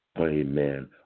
Amen